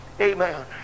Amen